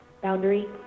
Boundary